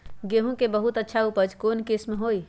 गेंहू के बहुत अच्छा उपज कौन किस्म होई?